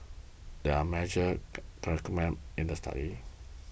here are the majors in the study